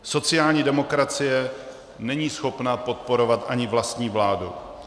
Sociální demokracie není schopna podporovat ani vlastní vládu.